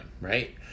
right